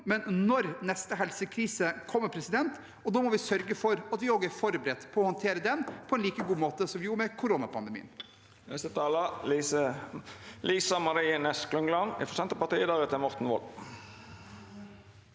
men når neste helsekrise kommer. Da må vi sørge for at vi også er forberedt på å håndtere den på en like god måte som vi gjorde med koronapandemien.